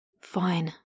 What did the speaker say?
Fine